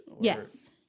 Yes